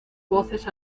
voces